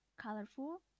colorful